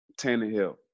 Tannehill